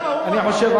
אני חושב,